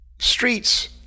streets